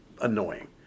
annoying